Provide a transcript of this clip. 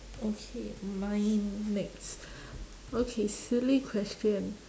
okay mine next okay silly question